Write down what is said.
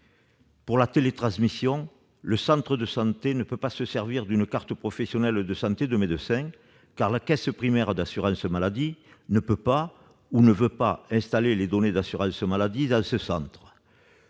Pour la télétransmission, le centre de santé ne peut pas se servir d'une carte professionnelle de santé de médecin, car la caisse primaire d'assurance maladie ne peut pas, ou ne veut pas, installer les données d'assurance maladie dans ce centre.